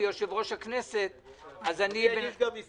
מ-18 עד 20. אני מוריד את הרביזיה